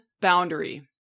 boundary